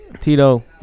Tito